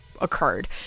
occurred